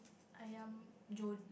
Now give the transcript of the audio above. Ayam Jo~